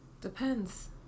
Depends